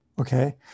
Okay